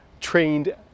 trained